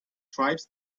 tribes